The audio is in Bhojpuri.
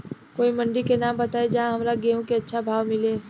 कोई मंडी के नाम बताई जहां हमरा गेहूं के अच्छा भाव मिले?